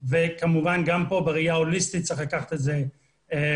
וכמובן גם כאן בראייה הוליסטית צריך לקחת את זה בחשבון.